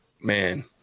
man